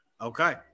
Okay